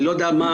אני לא יודע מה,